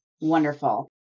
wonderful